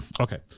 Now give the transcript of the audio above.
okay